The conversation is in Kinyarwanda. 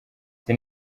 ati